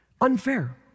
unfair